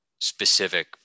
specific